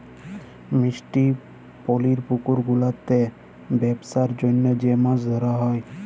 মিষ্টি পালির পুকুর গুলাতে বেপসার জনহ যে মাছ ধরা হ্যয়